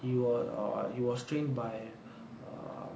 he was err he was trained by err